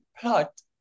plot